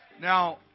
Now